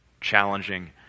challenging